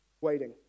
waiting